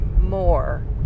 more